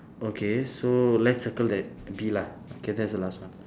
okay so let's circle that bee lah okay that's the last one